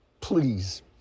Please